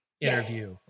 interview